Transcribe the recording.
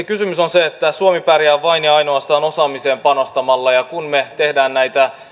kysymys on siitä että suomi pärjää vain ja ainoastaan osaamiseen panostamalla ja kun me teemme näitä